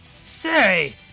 Say